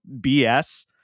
BS